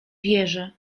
wierzę